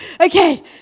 Okay